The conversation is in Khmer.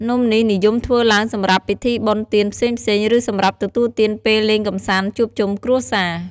នំនេះនិយមធ្វើឡើងសម្រាប់ពិធីបុណ្យទានផ្សេងៗ ឬសម្រាប់ទទួលទានពេលលេងកម្សាន្តជួបជុំគ្រួសារ។